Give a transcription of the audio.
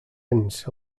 anys